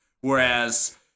Whereas